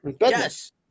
yes